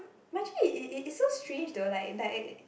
but actually it it it's so strange though like like